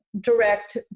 direct